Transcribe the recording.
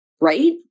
right